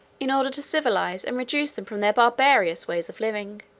in order to civilize and reduce them from their barbarous way of living.